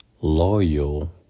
loyal